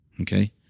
Okay